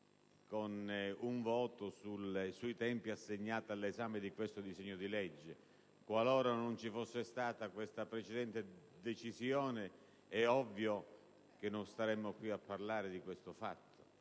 con un voto sui tempi assegnati all'esame di questo disegno di legge. Qualora non ci fosse stata questa precedente decisione, è ovvio che non staremmo qui a parlare di tale fatto: